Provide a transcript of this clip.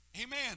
Amen